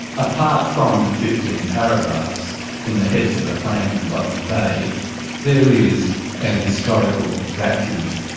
apart from the fifteen paragraphs in the heads of a plan for botany bay there is an historical vacuum.